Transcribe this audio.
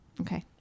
Okay